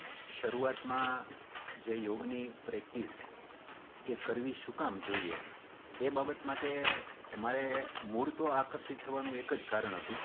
શરૂઆતમાં જે યોગની પ્રેક્ટિસ એ કરવી શું કામ જોઈએ એ બાબત માટે મારે મૂળ તો આકર્ષિત થવાનું એક જ કારણ હતું